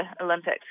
Olympics